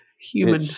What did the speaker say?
human